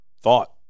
Thought